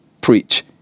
preach